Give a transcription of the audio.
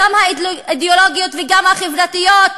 גם האידיאולוגיות וגם החברתיות.